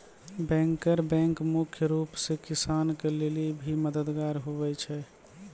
banker bank मुख्य रूप से किसान के लेली भी मददगार हुवै छै